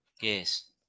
Yes